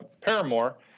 Paramore